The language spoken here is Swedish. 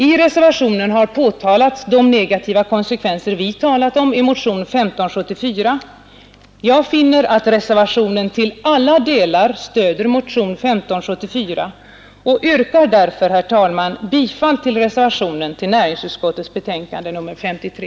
I reservationen har påtalats de negativa konsekvenser vi talat om i motionen 1574. Jag finner att reservationen till alla delar stöder motionen 1574 och yrkar därför, herr talman, bifall till reservationen i näringsutskottets betänkande nr 53.